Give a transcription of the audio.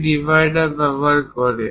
একটি ডিভাইডার ব্যবহার করে